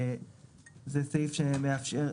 זה סעיף שמאפשר,